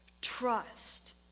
trust